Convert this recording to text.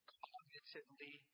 cognitively